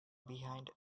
behind